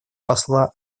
посла